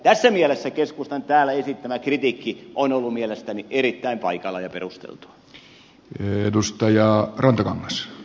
tässä mielessä keskustan täällä esittämä kritiikki on ollut mielestäni erittäin paikallaan ja perusteltua